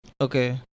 Okay